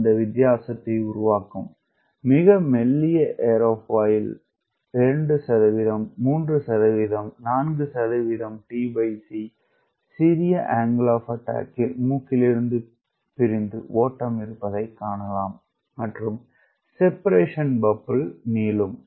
அந்த வித்தியாசம் மிக மெல்லிய 2 3 4 t c சிறிய அங்கிள் ஆப் அட்டாக்கில் மூக்கிலிருந்து பிரிந்து ஓட்டம் இருப்பதைக் காணலாம் மற்றும் செபேரேட்டின் பாப்ள் நீளும்